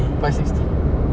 five sixty